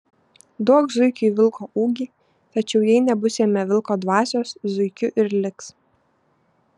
duok zuikiui vilko ūgį tačiau jai nebus jame vilko dvasios zuikiu ir liks